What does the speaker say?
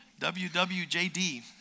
WWJD